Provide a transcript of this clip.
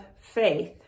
faith